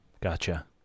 gotcha